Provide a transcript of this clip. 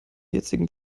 jetzigen